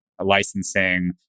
licensing